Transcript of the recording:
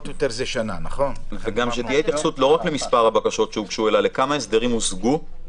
וגם שתהיה התייחסות לא רק למספר הבקשות שהוגשו אלא לכמה הסדרים הושגו,